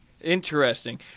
Interesting